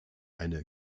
eine